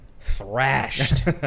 thrashed